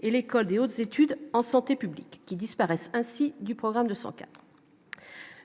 et l'école Des hautes études en santé publique qui disparaissent ainsi du programme de santé,